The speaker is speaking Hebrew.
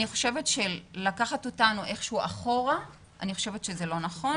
אני חושבת שלקחת אותנו אחורה זה לא נכון.